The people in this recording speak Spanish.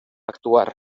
actuar